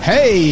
Hey